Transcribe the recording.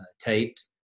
taped